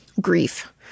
grief